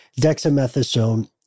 dexamethasone